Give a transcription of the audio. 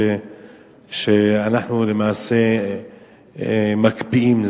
שאנחנו למעשה מקפיאים,